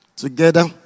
Together